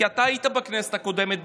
כי אתה היית בכנסת הקודמת,